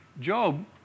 Job